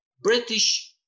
British